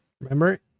Remember